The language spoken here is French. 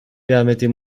permettez